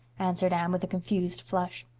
answered anne, with a confused flush.